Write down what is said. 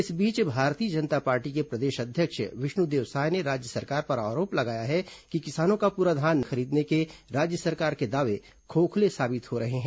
इस बीच भारतीय जनता पार्टी के प्रदेश अध्यक्ष विष्णुदेव साय ने राज्य सरकार पर आरोप लगाया है कि किसानों का पूरा धान खरीदने के राज्य सरकार के दावे खोखले साबित हो रहे हैं